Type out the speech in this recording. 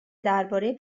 درباره